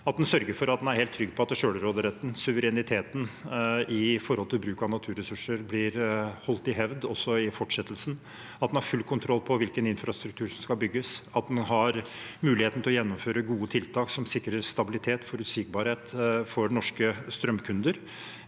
at en sørger for å være helt trygg på at selvråderetten, suvereniteten, i forhold til bruk av naturressurser, blir holdt i hevd også i fortsettelsen, at en har full kontroll på hvilken infrastruktur som skal bygges, og at en har mulighet til å gjennomføre gode tiltak som sikrer stabilitet og forutsigbarhet for norske strømkunder.